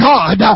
God